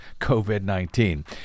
COVID-19